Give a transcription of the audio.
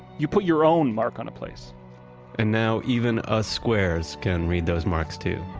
you put your own mark on a place and now, even us squares can read those marks too.